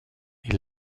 est